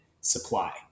supply